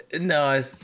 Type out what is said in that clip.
No